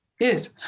yes